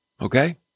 okay